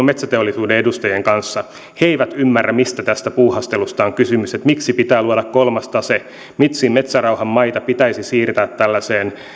metsäteollisuuden edustajien kanssa he eivät ymmärrä mistä tässä puuhastelussa on kysymys miksi pitää luoda kolmas tase miksi metsärauhan maita pitäisi siirtää tällaiseen